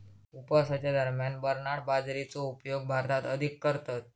उपवासाच्या दरम्यान बरनार्ड बाजरीचो उपयोग भारतात अधिक करतत